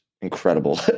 incredible